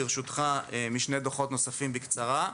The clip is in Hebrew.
ברשותך, מתוך שני דוחות נוספים בקצרה.